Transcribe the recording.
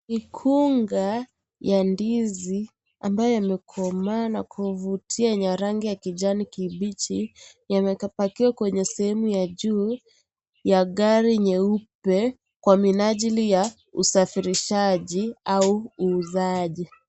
Mikunga ya ndizi ambayo yamekomaa na kuvutia yenye rangi ya kijani kibichi yamepakiwa kwenye sehemu ya juu ya gari nyeupe kwa minajili ya usafirishaji au uuzaji.